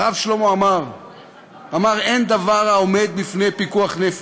הרב שלמה עמאר אמר: "אין דבר העומד בפני פיקוח נפש".